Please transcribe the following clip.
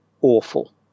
awful